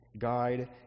guide